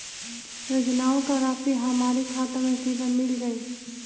योजनाओं का राशि हमारी खाता मे सीधा मिल जाई?